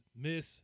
Miss